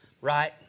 right